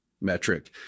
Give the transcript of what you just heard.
metric